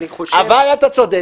אבל אני חושב --- אבל אתה צודק,